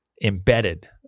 embedded